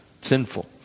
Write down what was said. sinful